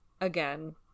again